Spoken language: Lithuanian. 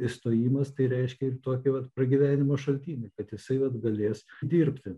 įstojimas tai reiškė ir tokį vat pragyvenimo šaltinį kad jisai vat galės dirbti